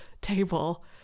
table